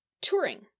touring